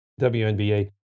WNBA